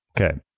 Okay